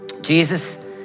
Jesus